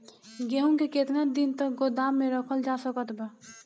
गेहूँ के केतना दिन तक गोदाम मे रखल जा सकत बा?